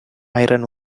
iron